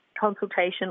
consultation